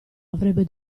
avrebbe